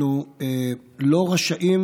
אנחנו לא רשאים